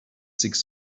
six